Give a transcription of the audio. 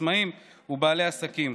עצמאים ובעלי עסקים.